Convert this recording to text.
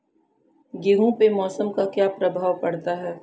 गेहूँ पे मौसम का क्या प्रभाव पड़ता है?